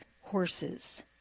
horses